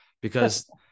because-